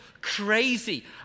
crazy